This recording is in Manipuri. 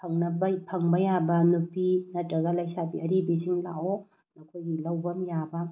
ꯐꯪꯕ ꯐꯪꯕ ꯌꯥꯕ ꯅꯨꯄꯤ ꯅꯠꯇ꯭ꯔꯒ ꯂꯩꯁꯥꯕꯤ ꯑꯔꯤꯕꯤꯁꯤꯡ ꯂꯥꯛꯑꯣ ꯅꯈꯣꯏꯒꯤ ꯂꯧꯐꯝ ꯌꯥꯕ